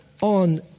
on